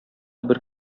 бер